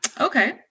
Okay